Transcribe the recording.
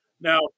Now